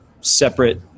separate